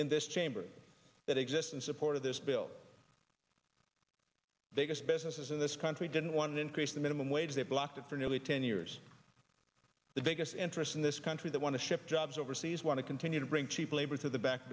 in this chamber that exists in support of this bill they just businesses in this country didn't want to increase the minimum wage they blocked it for nearly ten years the biggest interest in this country that want to ship jobs overseas want to continue to bring cheap labor to the back